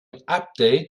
update